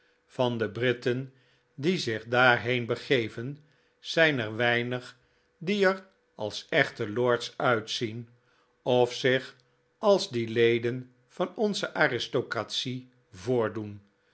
van de britten die zich daarheen begeven zijn er weinig die er als echte lords uitzien of zich als die leden van onze aristocratie voordoen